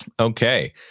Okay